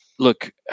Look